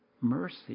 mercy